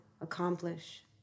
accomplish